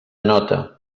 nota